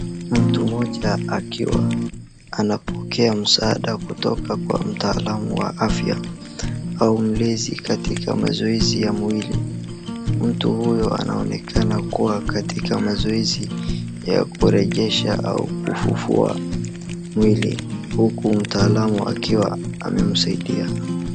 Mtu mmoja akiwa ana pokea msaada kutoka kwa mtaalamu wa afya au mlezi katika mazoezi ya mwili. Mtu huyo anaonekana kuwa katika mazoezi ya kurejesha au kufufua mwili huku mtaalamu akiwa amemsaidia.